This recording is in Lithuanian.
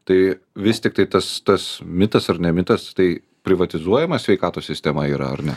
tai vis tiktai tas tas mitas ar ne mitas tai privatizuojama sveikatos sistema yra ar ne